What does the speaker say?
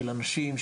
של אנשים,